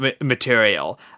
material